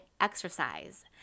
exercise